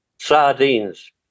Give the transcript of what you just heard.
sardines